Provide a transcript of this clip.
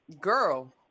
Girl